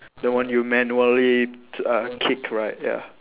the one you manually t~ uh kick right ya